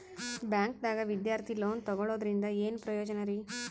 ಬ್ಯಾಂಕ್ದಾಗ ವಿದ್ಯಾರ್ಥಿ ಲೋನ್ ತೊಗೊಳದ್ರಿಂದ ಏನ್ ಪ್ರಯೋಜನ ರಿ?